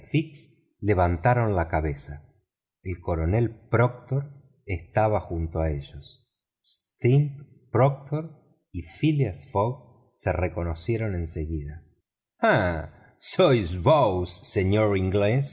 levantaron la cabeza el coronel proctor estaba junto a ellos steam proctor y phileas fogg se reconocieron en seguida ah sois vos señor